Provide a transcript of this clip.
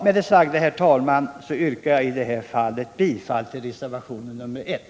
Med det sagda, herr talman, yrkar jag bifall till reservationen 1.